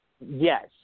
Yes